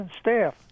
staff